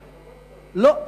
לא,